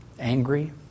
angry